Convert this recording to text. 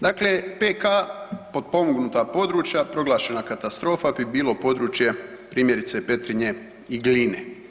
Dakle, PK potpomognuta područja proglašena katastrofa bi bilo područje primjerice Petrinje i Gline.